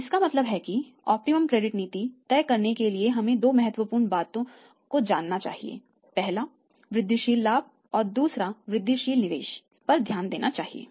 तो इसका मतलब है कि इष्टतम क्रेडिट नीति तय करने के लिए हमें दो महत्वपूर्ण बातें जो है पहला वृद्धिशील लाभ और दूसरा वृद्धिशील निवेश पर ध्यान देना चाहिए